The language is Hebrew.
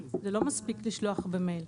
זה לא מספיק לשלוח במייל.